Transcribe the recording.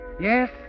Yes